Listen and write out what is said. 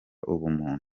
ubumuntu